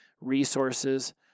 resources